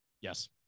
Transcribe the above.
yes